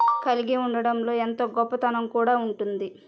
కలిగి ఉండడంలో ఎంతో గొప్పతనం కూడా ఉంటుంది